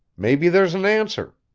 maybe there's an answer.